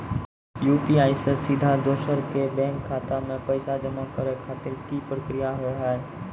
UPI से सीधा दोसर के बैंक खाता मे पैसा जमा करे खातिर की प्रक्रिया हाव हाय?